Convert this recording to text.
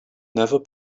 never